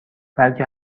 بلکه